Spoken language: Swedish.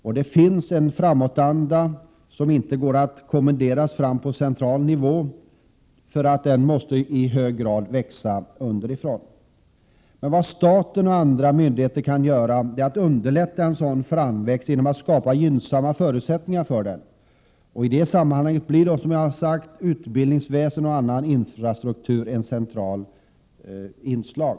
Dessutom finns det en framåtanda som inte kan kommenderas fram från central nivå, eftersom den i hög grad måste växa fram underifrån. Vad staten och myndigheter kan göra är att underlätta en sådan framväxt genom att skapa gynnsamma förutsättningar för den. I det sammanhanget blir, som jag har sagt tidigare, utbildningsväsendet och annan infrastruktur centrala inslag.